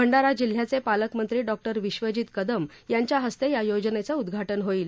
भंडारा जिल्ह्याचे पालकमंत्री डॉक्टर विश्वजीत कदम यांच्या हस्ते या योजनेचं उदधाटन होईल